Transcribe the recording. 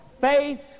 faith